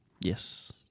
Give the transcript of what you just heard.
Yes